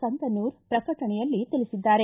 ಸಂಕನೂರ ಪ್ರಕಟಣೆಯಲ್ಲಿ ತಿಳಿಸಿದ್ದಾರೆ